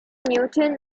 newton